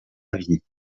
avis